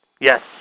Yes